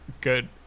good